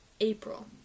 April